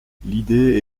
l’idée